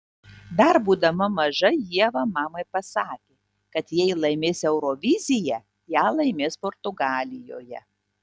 dar būdama maža ieva mamai pasakė kad jei laimės euroviziją ją laimės portugalijoje